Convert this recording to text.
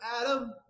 Adam